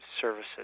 Services